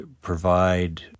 provide